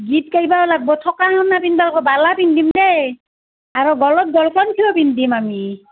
গীত গাই লাগিব থকা বালা পিন্ধিম দেই আৰু গলত পিন্ধিম আমি